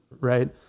right